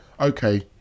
okay